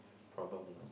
problem you know